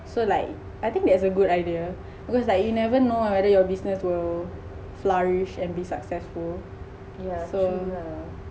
so like I think that's a good idea because like you never know whether your business will flourish and be successful so